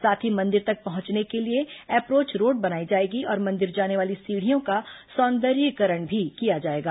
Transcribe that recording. साथ ही मंदिर तक पहुंचने के लिए एप्रोच रोड बनाई जाएगी और मंदिर जाने वाली सीढ़ियों का सौंदर्यीकरण भी किया जाएगा